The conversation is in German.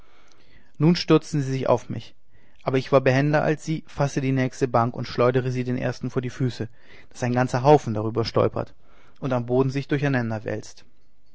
nun stürzten sie sich auf mich aber ich war behender als sie fasse die nächste bank und schleudere sie den ersten vor die füße daß ein ganzer haufe darüber stolpert und am boden sich durcheinanderwälzt